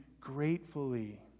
gratefully